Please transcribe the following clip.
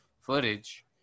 footage